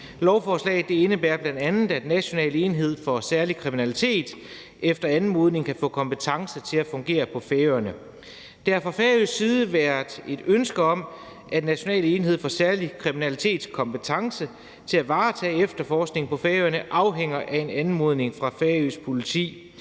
lovforslaget bl.a., at National enhed for Særlig Kriminalitet efter anmodning kan få kompetence til at fungere på Færøerne. Der har fra færøsk side været et ønske om, at National enhed for Særlig Kriminalitets kompetence til at varetage efterforskning på Færøerne afhænger af en anmodning fra færøsk politi.